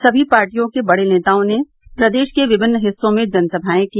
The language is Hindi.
सभी पार्टियों के बड़े नेताओं ने प्रदेश के विभिन्न हिस्सों में जनसभाएं की